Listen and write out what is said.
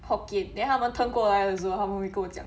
hokkien then 他们 turn 过来的时候他们会跟我讲